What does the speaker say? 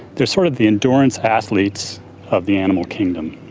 they're sort of the endurance athletes of the animal kingdom.